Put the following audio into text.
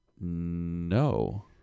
No